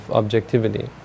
objectivity